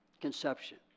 conception